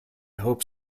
hope